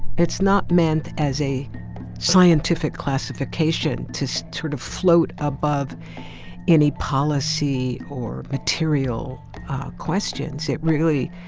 it's not meant as a scientific classification to so sort of float above any policy or material questions. it really,